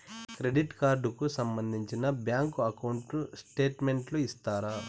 Credit card కు సంబంధించిన bank account statement ఇస్తారా?